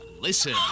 listen